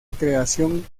creación